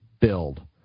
build